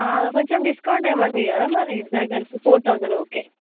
కొంచెం డిస్కౌంట్ ఏమన్న ఇవ్వరా మరి ఇద్దరు కలిపి ఫోర్ థౌసండ్ ఓకే